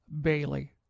Bailey